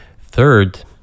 Third